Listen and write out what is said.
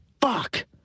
Fuck